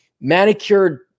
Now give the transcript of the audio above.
manicured